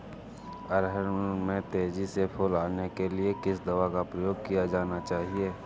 अरहर में तेजी से फूल आने के लिए किस दवा का प्रयोग किया जाना चाहिए?